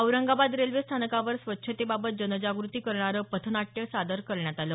Aurangabad railway स्थानकावर स्वच्छतेबाबत जनजाग्रती करणारं पथनाट्य सादर करण्यात आलं